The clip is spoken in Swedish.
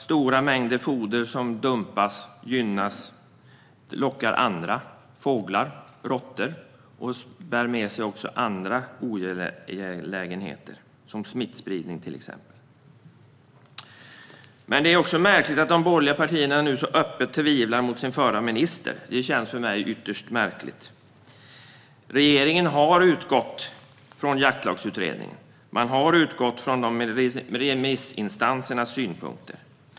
Stora mängder foder som dumpas lockar också andra, till exempel fåglar och råttor, som bär med sig andra olägenheter såsom smittspridning. Det känns också för mig ytterst märkligt att de borgerliga partierna nu så öppet tvivlar på sin förra minister. Regeringen har utgått från Jaktlagsutredningen. Man har utgått från remissinstansernas synpunkter.